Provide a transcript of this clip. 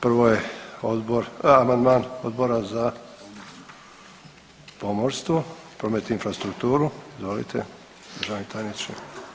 Prvo je odbor, amandman Odbor za pomorstvo, promet i infrastrukturu, izvolite državni tajniče.